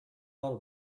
all